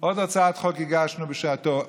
עוד הצעת חוק שהגשנו בשעתו,